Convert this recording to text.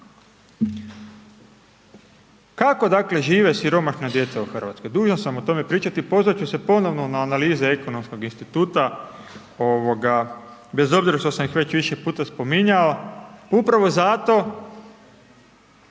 Kako dakle, žive siromašna djeca u Hrvatskoj? Dužan sam o tome pričati i pozvati ću se ponovno na analize Ekonomskog instituta bez obzira što sam ih već više puta spominjao, upravo zato